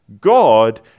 God